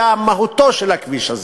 זו הייתה מהותו של הכביש הזה.